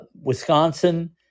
Wisconsin